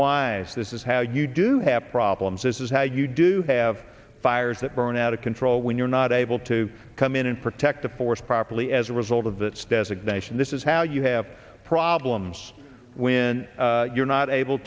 e this is how you do have problems this is how you do have fires that burn out of control when you're not able to come in and protect the forest properly as a result of that static nation this is how you have problems when you're not able